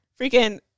Freaking